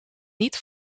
niet